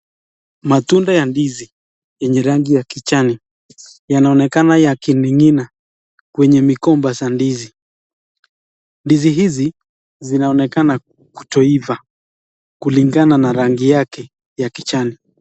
Matunda ya ndizi yeny rangi ya kijani yanaonekana yakiningina kwenye migomba za ndizi. Ndizi hizi zinaonekana kutoiva kulingana na rangi yake y kijani.